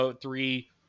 three